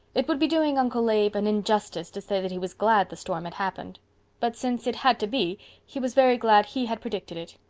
it would be doing uncle abe an injustice to say that he was glad the storm had happened but since it had to be he was very glad he had predicted it.